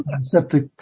septic